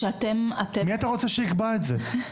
מי אתה רוצה שיקבע את זה?